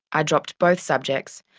i dropped both subjects,